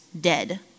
dead